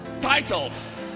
titles